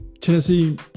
Tennessee